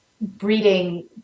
breeding